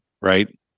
right